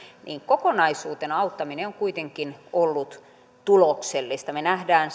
niin kokonaisuutena auttaminen on kuitenkin ollut tuloksellista me näemme